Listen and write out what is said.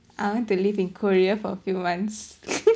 I want to live in Korea for a few months